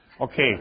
Okay